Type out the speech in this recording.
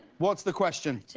what's the question?